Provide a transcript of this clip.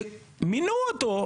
שמינו אותו,